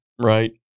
right